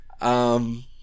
Um-